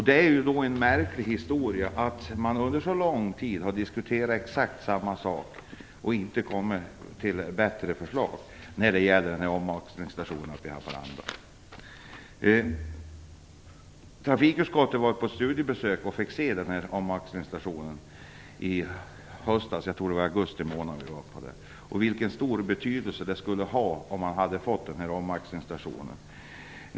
Det är märkligt att man har diskuterat detta under så lång tid och inte fått fram bättre förslag. Trafikutskottet var på studiebesök i Haparanda i höstas - jag tror det var i augusti månad. Vi fick då veta vilken stor betydelse det skulle ha om man hade fått den här omaxlingsstationen.